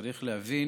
צריך להבין